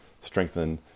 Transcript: strengthen